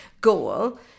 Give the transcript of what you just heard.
goal